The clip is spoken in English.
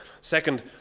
Second